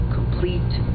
complete